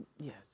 Yes